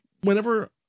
whenever